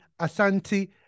Asante